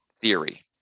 theory